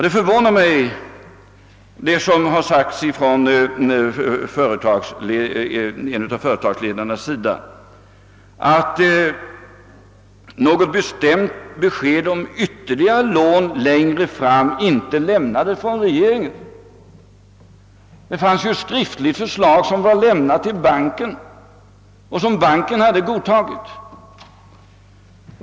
Det förvånar mig att det från en av företagsledarnas sida har sagts, att något bestämt besked om ytterligare lån längre fram inte lämnades av regeringen. Det fanns ju ett skriftligt förslag, som var lämnat till banken och som banken hade godtagit.